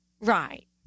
Right